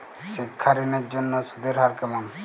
শিক্ষা ঋণ এর জন্য সুদের হার কেমন?